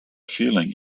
feeling